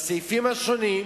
בסעיפים השונים,